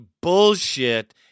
bullshit